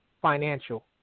Financial